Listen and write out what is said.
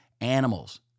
animals